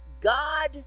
God